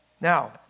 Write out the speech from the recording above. Now